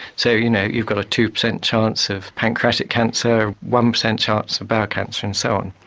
so you know you've got a two percent chance of pancreatic cancer, one percent chance of bowel cancer and so on.